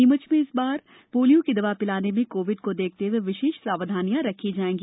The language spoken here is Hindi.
नीमच में इस बार पोलियो की दवा पिलाने में कोविड को देखते हए विशेष सावधानिया रखी जायेगी